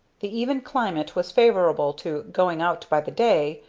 the even climate was favorable to going out by the day,